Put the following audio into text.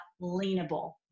leanable